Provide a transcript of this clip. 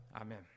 Amen